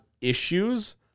issues